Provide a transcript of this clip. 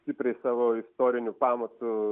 stipriai savo istoriniu pamatu